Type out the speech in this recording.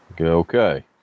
Okay